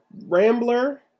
Rambler